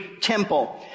temple